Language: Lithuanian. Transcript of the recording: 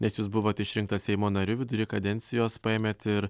nes jūs buvote išrinktas seimo nariu vidury kadencijos paėmėt ir